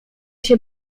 się